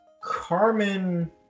Carmen